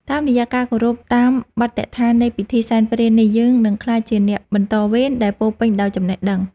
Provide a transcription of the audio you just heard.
តាមរយៈការគោរពតាមបទដ្ឋាននៃពិធីសែនព្រេននេះយើងនឹងក្លាយជាអ្នកបន្តវេនដែលពោរពេញដោយចំណេះដឹង។